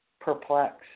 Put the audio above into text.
perplexed